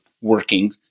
working